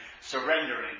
surrendering